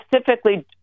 specifically